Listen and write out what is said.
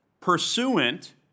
pursuant